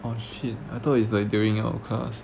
oh shit I thought it's like during our class